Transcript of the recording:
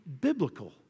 biblical